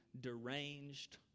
deranged